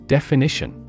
Definition